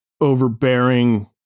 overbearing